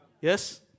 Yes